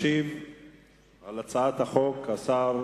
ישיב על הצעת החוק השר